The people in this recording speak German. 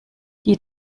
die